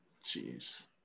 Jeez